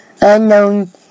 unknown